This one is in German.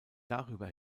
darüber